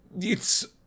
It's